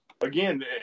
Again